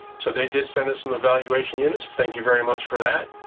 so they did send us some evaluation units. thank you very much for that.